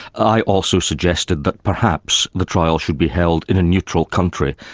i also suggested that perhaps the trial should be held in a neutral country,